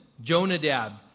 Jonadab